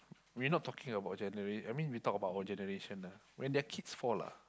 we not talking about generation I mean we talk about our generation lah when their kids fall lah